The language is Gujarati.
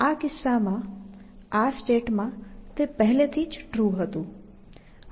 આ કિસ્સામાં આ સ્ટેટમાં તે પહેલેથી જ ટ્રુ હતું